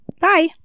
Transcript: Bye